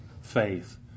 faith